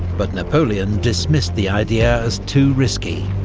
but napoleon dismissed the idea as too risky,